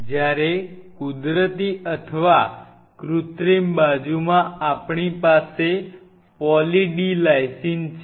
જ્યારે કુદરતી અથવા કૃત્રિમ બાજુમાં આપણી પાસે પોલી D લાઈસિન છે